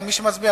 ממשיכים